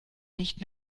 nicht